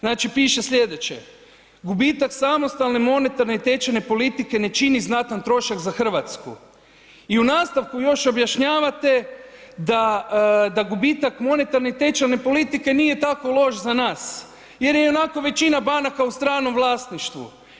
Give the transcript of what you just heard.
Znači, piše slijedeće: Gubitak samostalne monetarne i tečajne politike ne čini znatan trošak za Hrvatsku i u nastavku još objašnjavate da gubitak monetarne i tečajne politike nije tako loš za nas jer je ionako većina banaka u stranom vlasništvu.